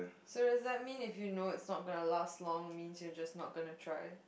so that does mean if you know it's not gonna last long means you're not gonna try